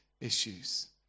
issues